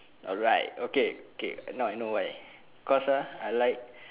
alright okay okay now I know why cause uh I like